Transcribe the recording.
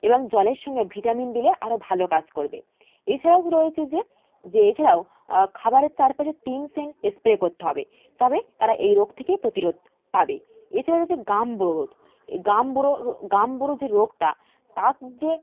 এবং জলের সঙ্গে ভিটামিন দিলে আরও ভালো কাজ করবে এছাড়াও রয়েছে যে যে এছাড়াও খাবারের চারপাশে টিমসেন স্প্রে করতে হবে তবে তারা এই রোগ থেকে প্রতিরোধ পাবে এছাড়া হচ্ছে গামবোরো রোগ গামবোরো গামবোরো যে রোগটা তার যে